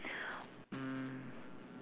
mm